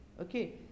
okay